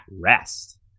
rest